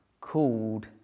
called